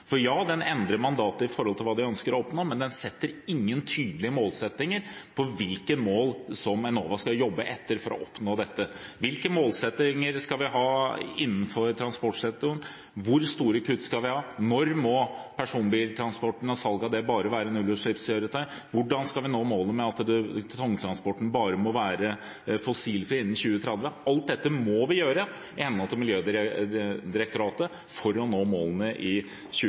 Ja, den endrer mandatet i forhold til hva de ønsker å oppnå, men den har ingen tydelige målsettinger eller hvilke mål Enova skal jobbe etter for å oppnå dette. Hvilke målsettinger skal vi ha innenfor transportsektoren? Hvor store kutt skal vi ha? Når må personbiltransporten og salg av kjøretøy bare være nullutslippskjøretøy? Hvordan skal vi nå målene om at tungtransporten må være fossilfri innen 2030? Alt dette må vi gjøre i henhold til Miljødirektoratet for å nå målene i